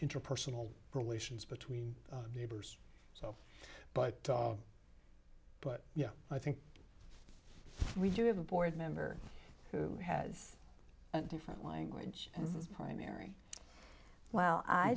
interpersonal relations between neighbors so but but yeah i think we do have a board member who has a different language and his primary well i